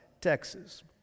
Texas